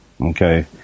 Okay